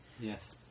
yes